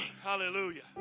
Hallelujah